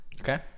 Okay